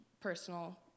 personal